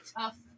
tough